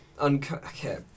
Okay